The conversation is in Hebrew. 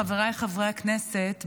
חבריי חברי הכנסת,